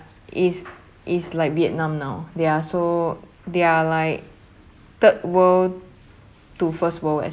it's it's like vietnam now they are so they're like third world to first world